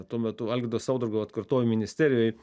tuo metu algirdo saudargo atkurtoj ministerijoj